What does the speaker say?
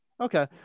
Okay